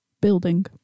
Building